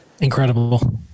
Incredible